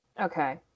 Okay